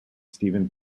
stephen